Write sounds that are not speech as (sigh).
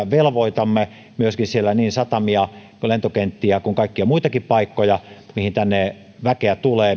(unintelligible) velvoitamme siellä myöskin niin satamia kuin lentokenttiä kuin kaikkia muitakin paikkoja mihin tänne väkeä tulee